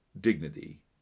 dignity